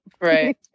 right